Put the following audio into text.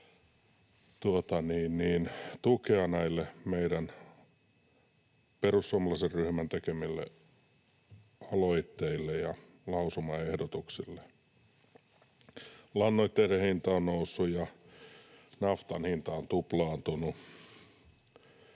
tukea näille perussuomalaisen ryhmän tekemille aloitteille ja lausumaehdotuksille. Lannoitteiden hinta on noussut, ja naftan hinta on tuplaantunut.